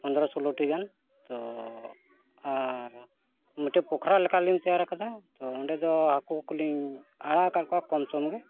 ᱯᱚᱱᱨᱚ ᱥᱳᱞᱳᱴᱤ ᱜᱟᱱ ᱛᱚ ᱟᱨ ᱢᱤᱫᱴᱮᱱ ᱯᱚᱠᱷᱨᱟ ᱞᱮᱠᱟ ᱞᱤᱧ ᱛᱮᱭᱟᱨ ᱟᱠᱟᱫᱟ ᱛᱚ ᱚᱸᱰᱮ ᱫᱚ ᱦᱟᱹᱠᱩ ᱠᱚᱞᱤᱧ ᱟᱲᱟᱜ ᱟᱠᱟᱫ ᱠᱚᱣᱟ ᱠᱚᱢ ᱥᱚᱢ ᱜᱮ